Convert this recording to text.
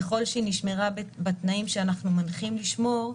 ככל שהיא נשמרה בתנאים שאנחנו מנחים לשמור,